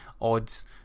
odds